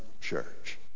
church